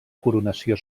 coronació